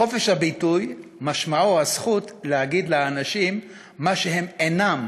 חופש הביטוי משמעו הזכות להגיד לאנשים מה שהם אינם